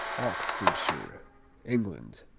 oxfordshire england